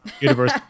universe